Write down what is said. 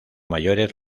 mayores